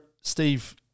Steve